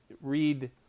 read